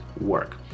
work